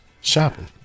shopping